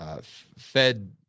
Fed